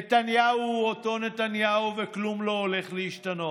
ונתניהו הוא אותו נתניהו, וכלום לא הולך להשתנות.